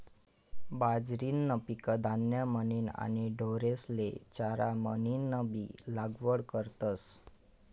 बाजरीनं पीक धान्य म्हनीन आणि ढोरेस्ले चारा म्हनीनबी लागवड करतस